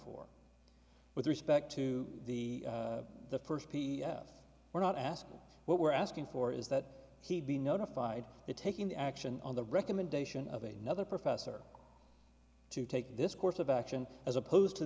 for with respect to the the first p f we're not asking what we're asking for is that he be notified the taking action on the recommendation of a nother professor to take this course of action as opposed to